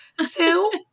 Sue